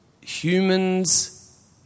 humans